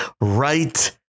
right